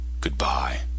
Goodbye